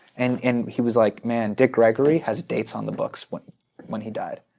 and and he was like, man, dick gregory has dates on the books when when he died.